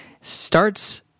starts